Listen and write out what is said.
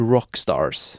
Rockstars